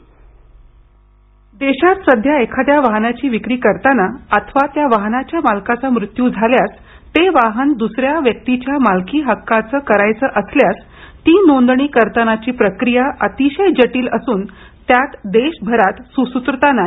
ध्वनी देशात सध्या एखाद्या वाहनाची विक्री करताना अथवा त्या वाहनाच्या मालकाचा मृत्यू झाल्यास ते वाहन दुसऱ्या व्यक्तीच्या मालकी हक्काचं करायचं असल्यास ती नोंदणी करतानाची प्रक्रिया अतिशय जटील असून त्यात देशभरात सुसूत्रता नाही